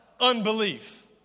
unbelief